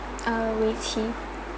uh wei-qi